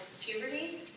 puberty